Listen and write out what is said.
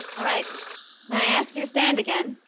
all right, may i ask you stand again.